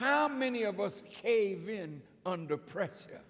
how many of us cave in under pressure